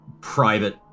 private